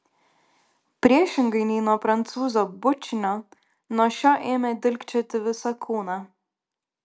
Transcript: priešingai nei nuo prancūzo bučinio nuo šio ėmė dilgčioti visą kūną